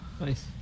Nice